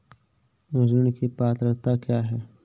ऋण की पात्रता क्या है?